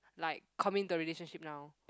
like commit to a relationship now